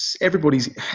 everybody's